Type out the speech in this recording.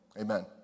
amen